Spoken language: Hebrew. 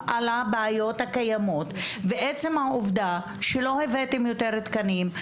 דיונים לגבי הבעיות הקיימות ועצם העובדה שלא הבאתם יותר תקנים,